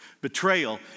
Betrayal